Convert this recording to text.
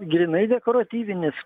grynai dekoratyvinis